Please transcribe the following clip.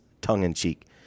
tongue-in-cheek